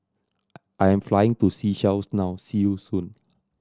I am flying to Seychelles now see you soon